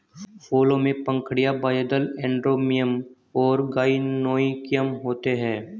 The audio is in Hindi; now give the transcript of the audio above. फूलों में पंखुड़ियाँ, बाह्यदल, एंड्रोमियम और गाइनोइकियम होते हैं